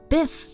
Biff